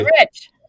rich